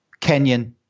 Kenyan